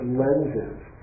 lenses